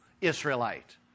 Israelite